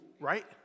right